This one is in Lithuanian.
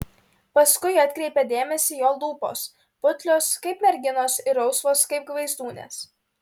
paskui atkreipia dėmesį jo lūpos putlios kaip merginos ir rausvos kaip gvaizdūnės